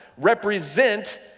represent